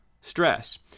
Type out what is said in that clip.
stress